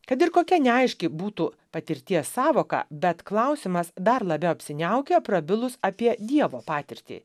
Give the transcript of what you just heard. kad ir kokia neaiški būtų patirties sąvoka bet klausimas dar labiau apsiniaukia prabilus apie dievo patirtį